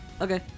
Okay